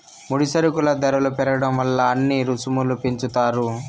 ముడి సరుకుల ధరలు పెరగడం వల్ల అన్ని రుసుములు పెంచుతారు